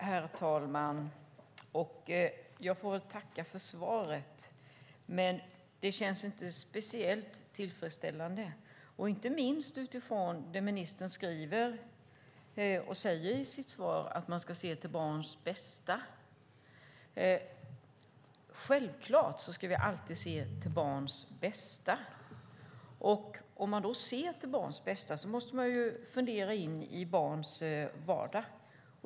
Herr talman! Jag får väl tacka för svaret, men det känns inte speciellt tillfredsställande, inte minst utifrån att ministern säger i sitt svar att man ska se till barnets bästa. Självklart ska vi alltid se till barns bästa. Om man då ser till barns bästa måste man fundera på barns vardag.